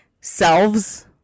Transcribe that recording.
selves